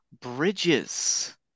Bridges